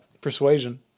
Persuasion